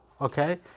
Okay